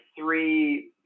three